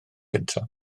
gyntaf